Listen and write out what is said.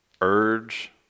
urge